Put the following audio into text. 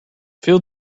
fill